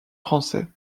français